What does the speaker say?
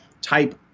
type